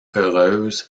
heureuse